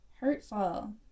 Hurtful